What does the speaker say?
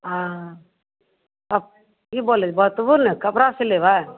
हॅं अब की बोलै छी बतबू ने कपड़ा सिलेबै